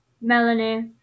Melanie